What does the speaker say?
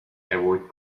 avoid